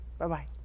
Bye-bye